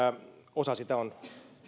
osa sitä on